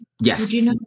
Yes